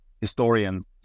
historians